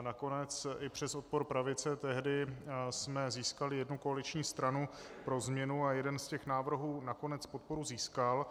Nakonec i přes odpor pravice tehdy jsme získali jednu koaliční stranu pro změnu a jeden z návrhů nakonec podporu získal.